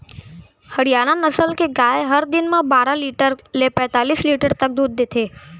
हरियाना नसल के गाय हर दिन म बारा लीटर ले पैतालिस लीटर तक दूद देथे